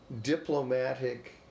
diplomatic